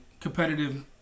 Competitive